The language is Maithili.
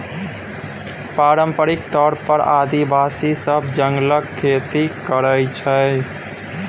पारंपरिक तौर पर आदिवासी सब जंगलक खेती करय छै